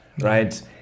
right